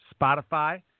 Spotify